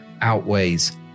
outweighs